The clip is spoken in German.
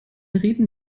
reden